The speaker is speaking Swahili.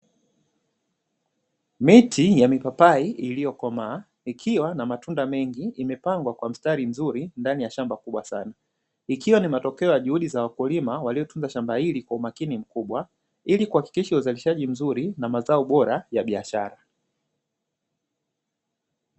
Miti ya mipapai iliyokomaa ikiwa na matunda mengi imepangwa Kwa mstari mzuri ndani ya shamba kubwa sana. Ikiwa ni juhudi za wakulima waliotunza shamba hili kwa umakini mkubwa ilikuhakikisha uzalishaji mzuri na mazao bora ya biashara.